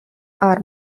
are